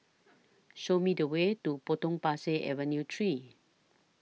Show Me The Way to Potong Pasir Avenue three